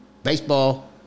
Baseball